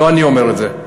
לא אני אומר את זה.